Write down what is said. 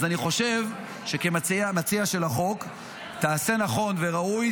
אז אני חושב שכמציע החוק תעשה נכון וראוי,